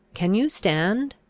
can you stand?